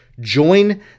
Join